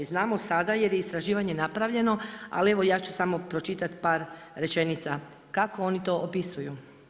Znamo sada jer je istraživanje napravljeno, ali evo ja ću samo pročitati par rečenica kako oni to opisuju.